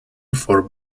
for